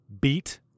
beat